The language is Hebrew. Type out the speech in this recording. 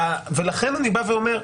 ולכן אני בא ואומר,